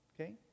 Okay